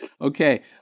Okay